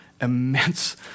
immense